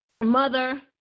Mother